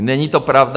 Není to pravda.